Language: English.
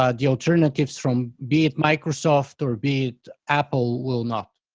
ah the alternatives from be it microsoft or be it apple will not?